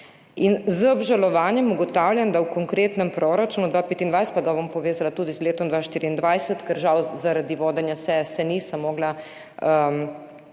Z obžalovanjem ugotavljam, da v konkretnem proračunu 2025, pa ga bom povezala tudi z letom 2024, ker se žal zaradi vodenja seje nisem mogla